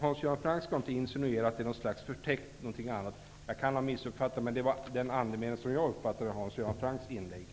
Hans Göran Franck skall inte insinuera att det är något slags förtäckt främlingsfientlighet eller något annat. Jag kan ha missuppfattat, men jag uppfattade att det var andemeningen i Hans Göran